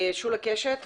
שולה קשת בבקשה.